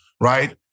right